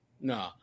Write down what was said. no